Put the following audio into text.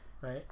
Right